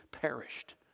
perished